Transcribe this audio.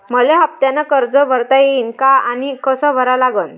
मले हफ्त्यानं कर्ज भरता येईन का आनी कस भरा लागन?